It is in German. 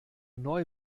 neu